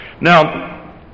Now